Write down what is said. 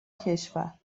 کشور